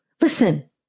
Listen